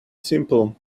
simple